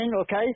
okay